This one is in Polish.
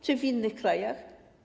Czy w innych krajach?